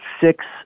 six